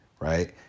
right